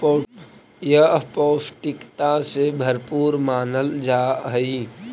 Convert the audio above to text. यह पौष्टिकता से भरपूर मानल जा हई